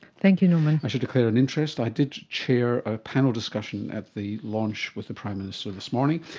thank you norman. i should declare an interest, i did chair a panel discussion at the launch with the prime minister this morning.